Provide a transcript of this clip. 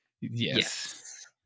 Yes